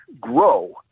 grow